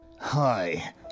Hi